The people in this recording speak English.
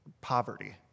poverty